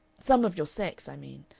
some of your sex, i mean.